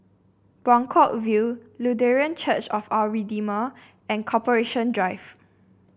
Buangkok View Lutheran Church of Our Redeemer and Corporation Drive